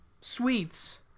sweets